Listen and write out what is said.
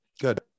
good